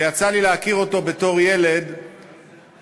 שיצא לי להכיר אותו בתור ילד בפרויקט